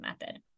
method